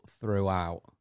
throughout